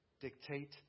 dictate